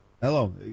hello